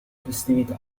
festività